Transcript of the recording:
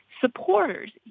supporters